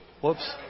Whoops